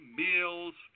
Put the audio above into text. meals